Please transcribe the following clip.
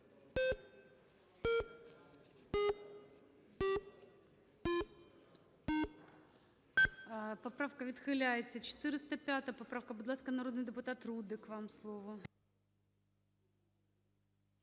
Поправка відхиляється. 405-а поправка. Будь ласка, народний депутат Рудик, вам слово.